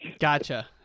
Gotcha